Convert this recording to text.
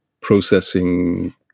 processing